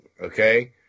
Okay